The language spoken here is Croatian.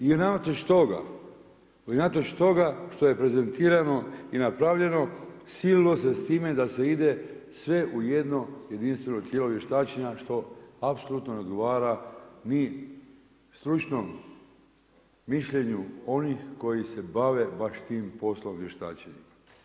I unatoč toga, i unatoč toga što je prezentirano i napravljeno sililo se sa time da se ide sve u jedno jedinstveno tijelo vještačenja što apsolutno ne odgovara ni stručnom mišljenju onih koji se bave baš tim poslom vještačenja.